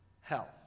hell